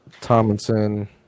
Tomlinson